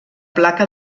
placa